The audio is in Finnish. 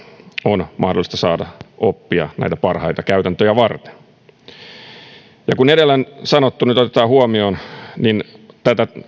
on mahdollista saada oppia näitä parhaita käytäntöjä varten kun edellä sanottu nyt otetaan huomioon niin tätä